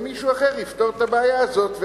ומישהו אחר יפתור את הבעיה הזאת,